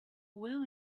will